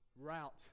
route